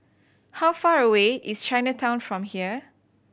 how far away is Chinatown from here